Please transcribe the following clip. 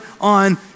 on